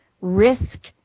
risk